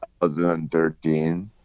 2013